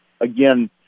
again